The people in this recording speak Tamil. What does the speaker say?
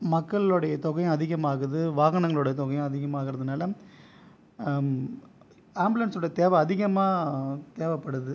மக்களோடைய தொகையும் அதிகமாகுது வாகனங்களோடய தொகையும் அதிகமாகுறதுனால ஆம்புலன்ஸோட தேவை அதிகமாக தேவைப்படுது